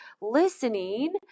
listening